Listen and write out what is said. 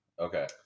Okay